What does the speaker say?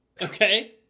okay